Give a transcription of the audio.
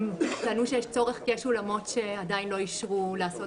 הם טענו שיש צורך כי יש אולמות שעדיין לא אישרו לקיים